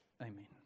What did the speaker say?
Amen